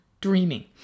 dreaming